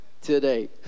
today